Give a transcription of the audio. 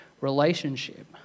relationship